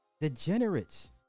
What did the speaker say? degenerates